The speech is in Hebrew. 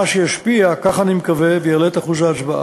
מה שישפיע, כך אני מקווה, ויעלה את אחוז ההצבעה.